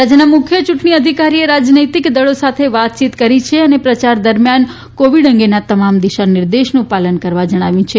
રાજ્યના મુખ્ય ચૂંટણી અધિકારીએ રાજનૈતિક દળો સાથે વાતચીત કરી છે અને પ્રચાર દરમ્યાન કોવિડ અંગેના તમામ દિશા નિર્દેશનું પાલન કરવા જણાવ્યું છે